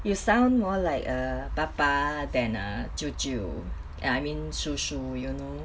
you sound more like a papa than a 舅舅 I mean 叔叔 you know